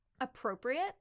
appropriate